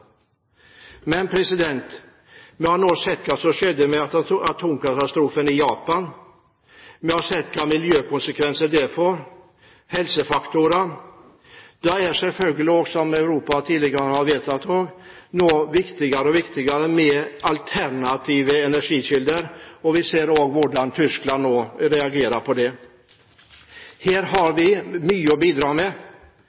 nå sett hva som skjedde etter atomkatastrofen i Japan. Vi har sett hvilke miljøkonsekvenser det får, og helsefaktorer. Da er det også – som Europa tidligere har vedtatt – viktigere og viktigere med alternative energikilder. Vi ser også hvordan Tyskland nå reagerer på det. Her har